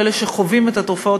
לאלה שחווים את התופעות,